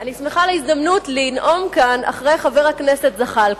אני שמחה להזדמנות לנאום כאן אחרי חבר הכנסת זחאלקה.